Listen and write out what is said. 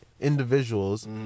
Individuals